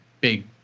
big